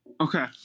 Okay